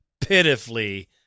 pitifully